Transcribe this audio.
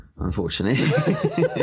unfortunately